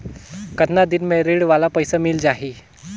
कतना दिन मे ऋण वाला पइसा मिल जाहि?